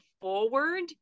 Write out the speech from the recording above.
forward